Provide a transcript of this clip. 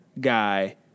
guy